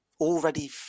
already